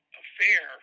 affair